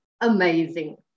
amazing